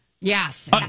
Yes